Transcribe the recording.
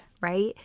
right